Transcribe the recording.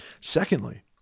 Secondly